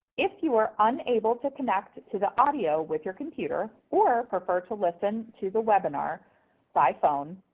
if you are unable to connect to the audio with your computer or prefer to listen to the webinar by phone,